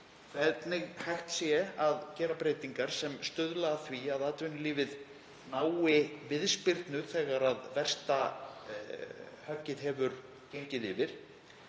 hvernig hægt sé að gera breytingar sem stuðla að því að atvinnulífið nái viðspyrnu þegar versta höggið hefur gengið yfir